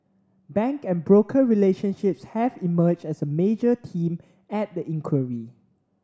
bank and broker relationships have emerged as a major theme at the inquiry